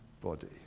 body